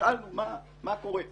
שאלנו מה קורה בשטח.